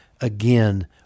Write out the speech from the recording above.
again